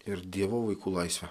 ir dievo vaikų laisvę